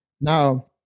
Now